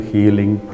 Healing